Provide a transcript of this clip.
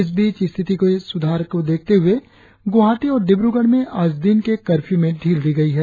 इस बीच स्थिति में सुधार को देखते हुए गुवाहाटी और डिब्रगढ़ में आज दिन के कर्फ्यू में ढील दी गई है